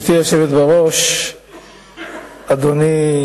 הכנסת החליטה לקבל את ההצעה של ועדת הכנסת,